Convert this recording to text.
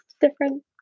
different